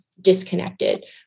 disconnected